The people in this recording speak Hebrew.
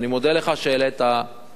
אני מודה לך על שהעלית לסדר-היום.